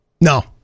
No